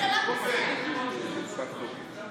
לי ריטלין.